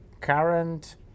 current